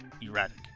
Erratic